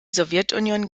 sowjetunion